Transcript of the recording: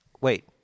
wait